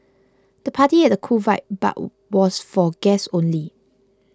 the party had a cool vibe but was for guests only